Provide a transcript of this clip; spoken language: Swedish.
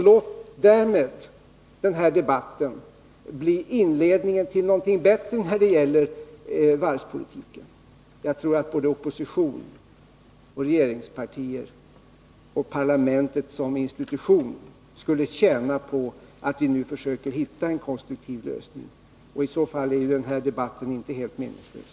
Låt därmed den här debatten bli inledningen till någonting bättre när det gäller varvspolitiken. Jag tror att både opposition och regeringspartier och parlamentet som institution skulle tjäna på att vi nu försöker hitta en konstruktiv lösning. I så fall är den här debatten inte helt meningslös.